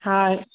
हा